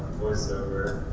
voiceover,